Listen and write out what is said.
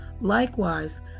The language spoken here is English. Likewise